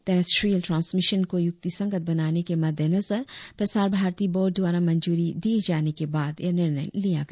terrestrial transmission को यूक्तिसंगत बनाने के मद्देनजर प्रसार भारती बोर्ड द्वारा मंजूरी दिए जाने के बाद यह निर्णय लिया गया